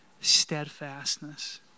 steadfastness